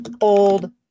old